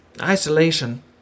isolation